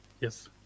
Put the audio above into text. Yes